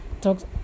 talks